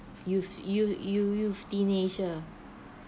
euth~ eu~ eu~ euthanasia